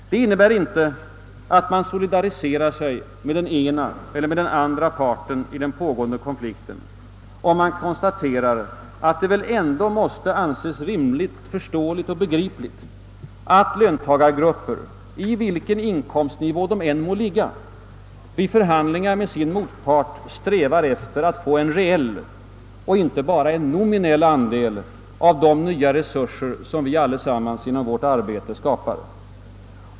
Det innebär inte att man solidariserar sig med den ena eller andra parten i den pågående konflikten att konstatera, att det måste anses rimligt och förståeligt att löntagargrupper, vilken inkomstnivå de än må ligga på, vid förhandlingar med sin motpart strävar efter att få en reell och inte bara en nominell andel av de nya resurser som vi tillsammans genom vårt arbete skapar.